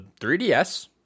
3ds